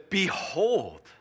behold